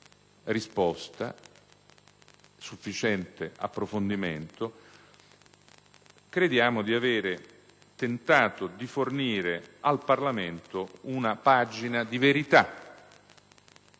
risposta e sufficiente approfondimento. Crediamo però di avere tentato di fornire al Parlamento una pagina di verità